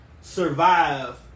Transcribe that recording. survive